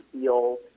feel